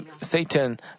Satan